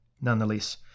Nonetheless